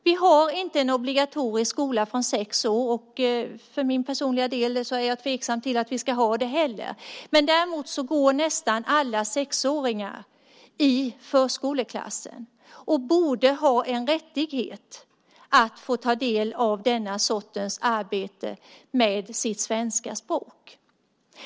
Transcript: Vi har inte en obligatorisk skola från sex år, och för min personliga del är jag tveksam till att vi ska ha det. Men däremot går nästan alla sexåringar i förskoleklass och borde ha en rättighet att få ta del av denna sorts arbete med det svenska språket.